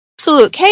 absolute